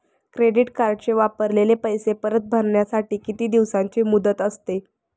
Credit कार्डचे वापरलेले पैसे परत भरण्यासाठी किती दिवसांची मुदत असते?